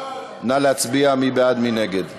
ותעבור לוועדת העבודה,